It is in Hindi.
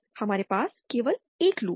हमारे पास केवल एक लूप है